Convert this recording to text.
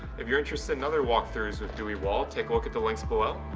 if you're interested in other walk-throughs with dewey wald take a look at the links below.